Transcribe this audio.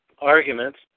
arguments